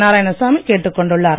நாராயணசாமி கேட்டுக் கொண்டுள்ளார்